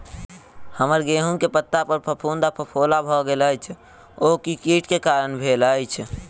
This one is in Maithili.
हम्मर गेंहूँ केँ पत्ता पर फफूंद आ फफोला भऽ गेल अछि, ओ केँ कीट केँ कारण भेल अछि?